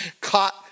caught